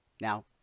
Now